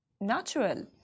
natural